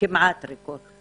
כמעט ריקות,